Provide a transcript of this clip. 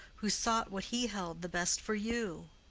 who sought what he held the best for you.